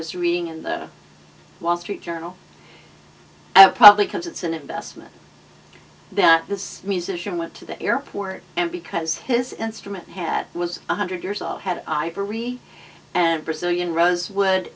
was reading in the wall street journal probably because it's an investment that this musician went to the airport and because his instrument had was one hundred years old had ivory and brazilian rosewood